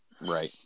right